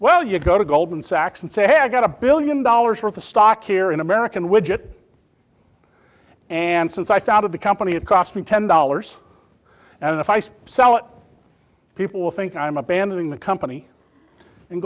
well you go to goldman sachs and say hey i got a billion dollars worth of stock here in american widget and since i started the company it cost me ten dollars and if i sell it people will think i'm abandoning the company and